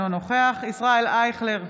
אינו נוכח ישראל אייכלר,